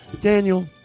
Daniel